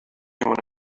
مونه